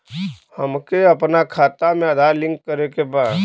हमके अपना खाता में आधार लिंक करें के बा?